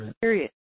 Period